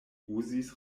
uzis